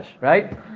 right